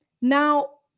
Now